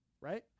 right